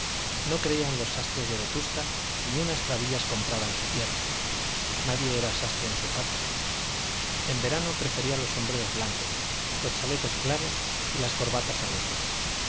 no creía en los sastres de vetusta y ni unas trabillas compraba en su tierra nadie era sastre en su patria en verano prefería los sombreros blancos los chalecos claros y las corbatas alegres